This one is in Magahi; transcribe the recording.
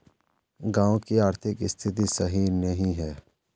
गाँव की आर्थिक स्थिति सही नहीं है?